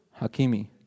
Hakimi